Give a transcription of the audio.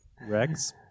Rex